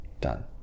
done